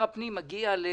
הפנים מגיע לפתרון.